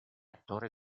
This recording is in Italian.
attore